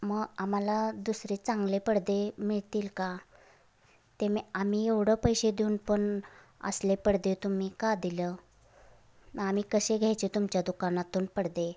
मग आम्हाला दुसरे चांगले पडदे मिळतील का ते मी आम्ही एवढं पैसे देऊन पण असले पडदे तुम्ही का दिलं आम्ही कसे घ्यायचे तुमच्या दुकानातून पडदे